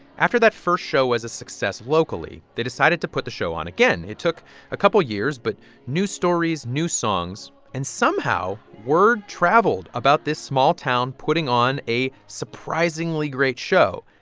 after that first show was a success locally, they decided to put the show on again. it took a couple of years but new stories, new songs. and somehow, word traveled about this small town putting on a surprisingly great show.